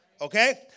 Okay